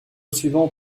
suivant